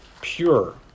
pure